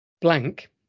blank